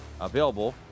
available